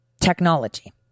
technology